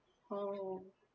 oh